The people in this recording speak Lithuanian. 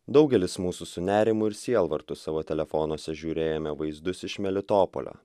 daugelis mūsų su nerimu ir sielvartu savo telefonuose žiūrėjome vaizdus iš meli topolio